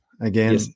again